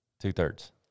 two-thirds